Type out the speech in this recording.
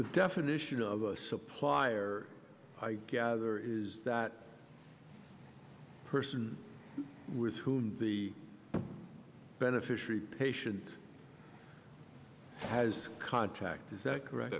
the definition of a supplier i gather is that person with whom the beneficiary patient has contracts is that correct